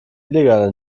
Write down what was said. illegal